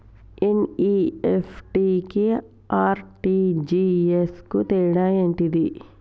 NEFT కి RTGS కు తేడా ఏంటిది?